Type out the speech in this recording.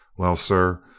well, sir,